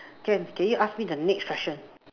can can you ask me the next question